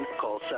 call